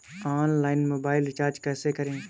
Online mobile recharge कैसे करें?